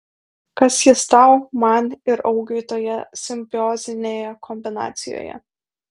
kas ji tau man ir augiui toje simbiozinėje kombinacijoje